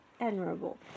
admirable